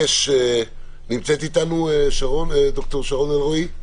נמצאת איתנו ד"ר שרון אלרעי?